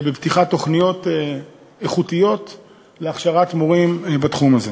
בפתיחת תוכניות איכותיות להכשרת מורים בתחום הזה.